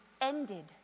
ended